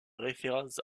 référence